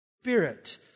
Spirit